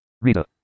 Reader